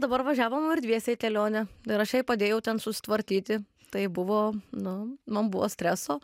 dabar važiavom ir dviese į kelionę ir aš jai padėjau ten susitvarkyti tai buvo nu man buvo streso